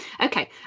okay